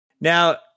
Now